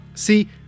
See